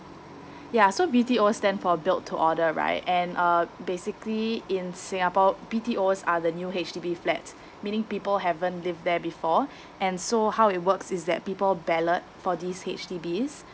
yeah so B_T_O stand for built to order right and uh basically in singapore B_T_Os are the new H_D_B flat meaning people haven't live there before and so how it works is that people ballot for this H_D_Bs